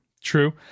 true